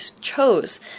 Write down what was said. chose